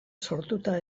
sortuta